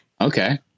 Okay